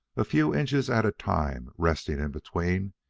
a few inches at a time, resting in between,